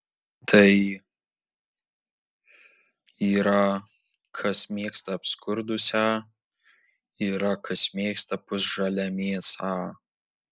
tai yra kas mėgsta apskrudusią yra kas mėgsta pusžalę mėsą